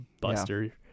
Buster